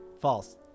False